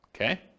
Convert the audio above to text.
Okay